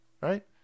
right